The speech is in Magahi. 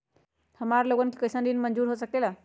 हमार लोगन के कइसन ऋण मंजूर हो सकेला?